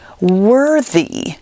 worthy